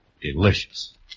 delicious